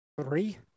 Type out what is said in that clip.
Three